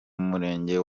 murenge